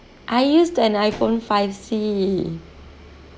I used an iphone five C